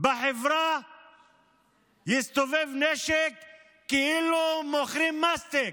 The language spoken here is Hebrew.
בחברה יסתובב נשק כאילו מוכרים מסטיק?